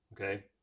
okay